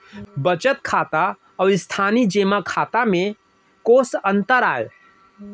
बचत खाता अऊ स्थानीय जेमा खाता में कोस अंतर आय?